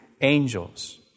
angels